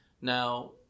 Now